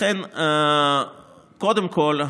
קודם כול,